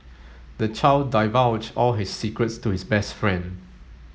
the child divulged all his secrets to his best friend